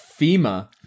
FEMA